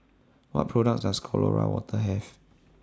What products Does Colora Water Have